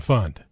Fund